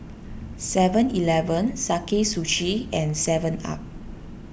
Seven Eleven Sakae Sushi and Seven Up